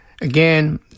again